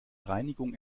reinigung